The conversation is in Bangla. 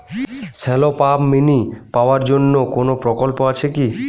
শ্যালো পাম্প মিনি পাওয়ার জন্য কোনো প্রকল্প আছে কি?